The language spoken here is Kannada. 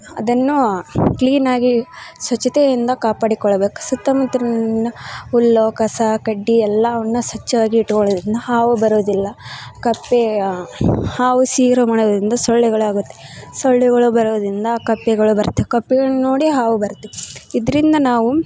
ಅದನ್ನು ಕ್ಲೀನಾಗಿ ಸ್ವಚ್ಛತೆಯಿಂದ ಕಾಪಾಡಿಕೊಳ್ಳಬೇಕು ಸುತ್ತಮುತ್ತಲಿನ ಹುಲ್ಲೋ ಕಸ ಕಡ್ಡಿ ಎಲ್ಲಾವನ್ನ ಸ್ವಚ್ಛವಾಗಿ ಇಟ್ಕೊಳೋದರಿಂದ ಹಾವು ಬರೋದಿಲ್ಲ ಕಪ್ಪೆ ಹಾವು ಸೊಳ್ಳೆಗಳಾಗುತ್ತೆ ಸೊಳ್ಳೆಗಳು ಬರೋದರಿಂದ ಕಪ್ಪೆಗಳು ಬರುತ್ತೆ ಕಪ್ಪೆಗಳನ್ನು ನೋಡಿ ಹಾವು ಬರುತ್ತೆ ಇದರಿಂದ ನಾವು